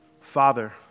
Father